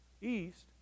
East